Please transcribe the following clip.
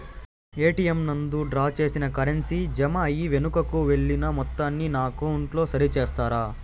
ATM నందు draw చేసిన currency జామ అయి వెనుకకు వెళ్లిన మొత్తాన్ని నా అకౌంట్ లో సరి చేస్తారా?